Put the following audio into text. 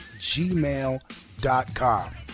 gmail.com